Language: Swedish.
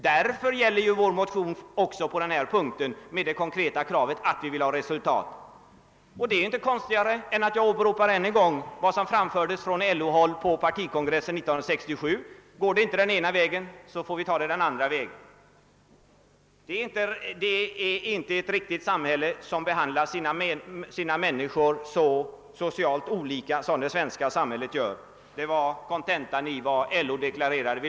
Därför gäller vår motion, med det konkreta kravet på resultat, också på denna punkt. Jag åberopar ännu en gång vad som framfördes från LO-håll på socialdemokratiska partikongressen 1967: går det inte att komma fram på den ena vägen, så får man gå den andra vägen. Det är inte ett riktigt samhälle som behandlar sina medborgare så socialt olika som det svenska samhället gör — det är kontentan av vad LO deklarerade.